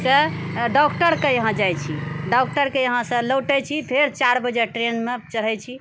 सँ डॉक्टरके यहाँ जाइत छी डॉक्टरके यहाँसँ लौटैत छी फेर चारि बजेके ट्रेनमे चढ़ैत छी